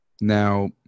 Now